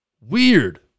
Weird